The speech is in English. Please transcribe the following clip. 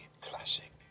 classic